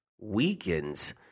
weakens